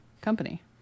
company